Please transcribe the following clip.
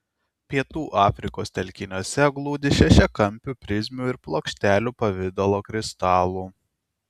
pietų afrikos telkiniuose glūdi šešiakampių prizmių ir plokštelių pavidalo kristalų